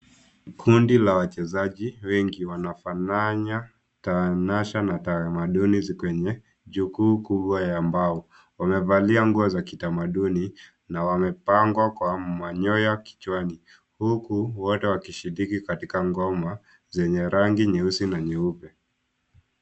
Kundi la wachezaji wengi wanafanya tamasha na tamaduni kwenye jukwaa kubwa la mbao. Wamevalia nguo za kitamaduni na wamepambwa kwa manyoya kichwani huku wote wakishiriki wenye ngoma zenye rangi nyeusi na nyeupe.